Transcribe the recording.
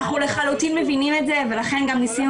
אנחנו לחלוטין מבינים את זה לכן גם ניסינו